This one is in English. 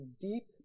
deep